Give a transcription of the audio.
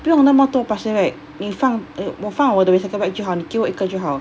不用那么多 plastic bag 你放我放我的 recycle bag 就好你给我一个就好